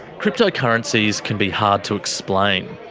cryptocurrencies can be hard to explain.